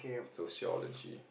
Sociology